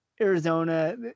Arizona